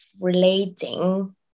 relating